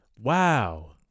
Wow